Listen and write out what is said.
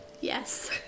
Yes